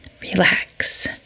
relax